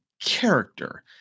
character